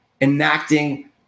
enacting